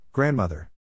Grandmother